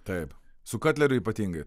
taip su katleriu ypatingai